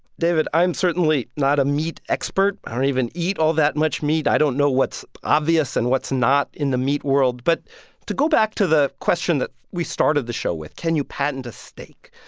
david, i am certainly not a meat expert. i don't even eat all that much meat. i don't know what's obvious and what's not in the meat world. but to go back to the question that we started the show with can you patent a steak?